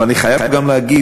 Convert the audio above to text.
אבל אני חייב גם להגיד,